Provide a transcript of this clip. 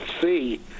see